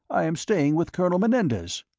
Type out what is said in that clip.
i am staying with colonel menendez.